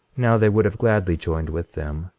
now they would have gladly joined with them,